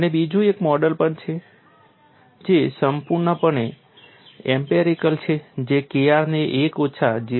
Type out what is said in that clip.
અને બીજું એક મોડેલ પણ છે જે સંપૂર્ણપણે એમ્પિરિકલ છે જે Kr ને એક ઓછા 0